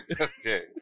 Okay